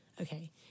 Okay